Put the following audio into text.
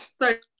Sorry